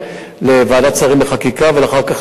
אם באמצעות ירי רקטות או בדרכים אחרות,